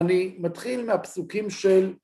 ‫אני מתחיל מהפסוקים של...